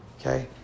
okay